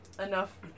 Enough